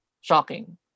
shocking